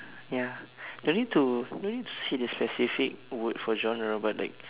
ya no need to no need to say the specific word for genre but like